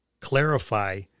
clarify